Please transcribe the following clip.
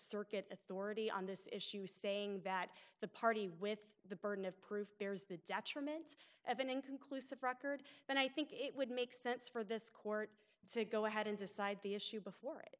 circuit authority on this issue saying that the party with the burden of proof bears the detriments of an inconclusive record and i think it would make sense for this court to go ahead and decide the issue before